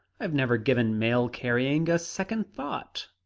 i've never given mail-carrying a second thought.